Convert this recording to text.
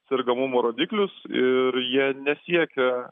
sergamumo rodiklius ir jie nesiekia